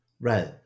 Right